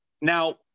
Now